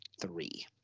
three